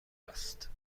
است